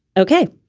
ok,